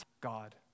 God